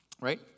right